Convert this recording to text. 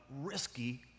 risky